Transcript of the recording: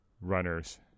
runners